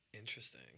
Interesting